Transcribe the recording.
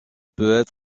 peut